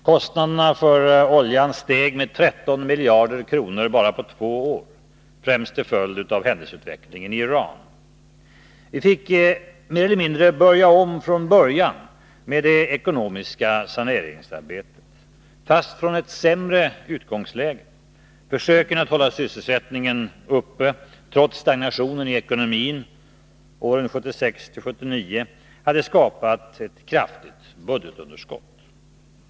Kostnaderna för oljan steg 13 miljarder bara på två år, främst till följd av händelseutvecklingen i Iran. Vi fick mer eller mindre börja om från början med det ekonomiska saneringsarbetet, fast från ett sämre utgångsläge. Försöken att hålla sysselsättningen uppe trots stagnationen i ekonomin 1976-1979 hade skapat ett kraftigt budgetunderskott.